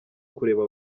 kureba